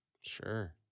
Sure